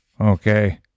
Okay